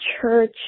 church